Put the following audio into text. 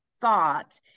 thought